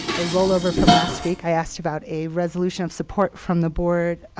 a rollover from last week. i asked about a resolution of support from the board